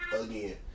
again